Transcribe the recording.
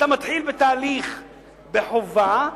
אתה מתחיל בתהליך בחובה,